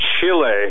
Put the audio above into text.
Chile